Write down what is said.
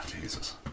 Jesus